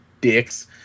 dicks